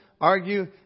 argue